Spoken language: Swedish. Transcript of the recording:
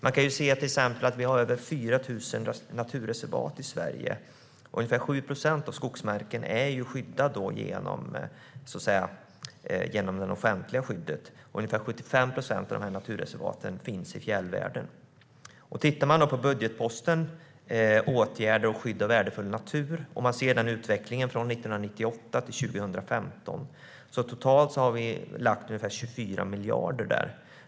Vi kan till exempel se att vi har över 4 000 naturreservat i Sverige. Ungefär 7 procent av skogsmarken är skyddad genom det offentliga skyddet, och ungefär 75 procent av naturreservaten finns i fjällvärlden. Man kan titta på budgetposten Åtgärder och skydd av värdefull natur och se utvecklingen från 1998 till 2015. Totalt har vi lagt ungefär 24 miljarder på det.